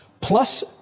plus